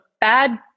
bad